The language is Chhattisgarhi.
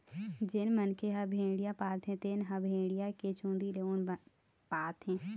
जेन मनखे ह भेड़िया पालथे तेन ह भेड़िया के चूंदी ले ऊन पाथे